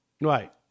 Right